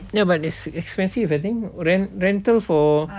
ya but it's it's expensive I think rent rental for